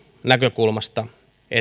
näkökulmasta